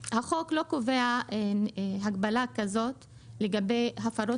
אני רק אציין שהחוק לא קובע הגבלה כזאת לגבי הפרות